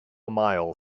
mile